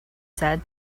said